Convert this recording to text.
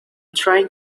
trying